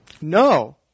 No